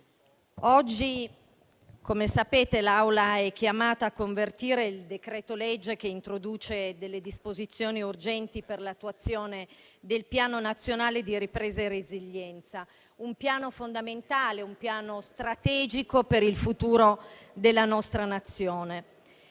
oggi, come sapete, l'Aula è chiamata a convertire il decreto-legge che introduce disposizioni per l'attuazione del Piano nazionale di ripresa e resilienza: un piano fondamentale, un piano strategico per il futuro della nostra Nazione.